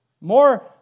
More